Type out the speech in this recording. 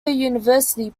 university